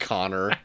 Connor